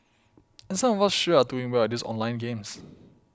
and some of us sure are doing well at these online games